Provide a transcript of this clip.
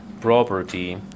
property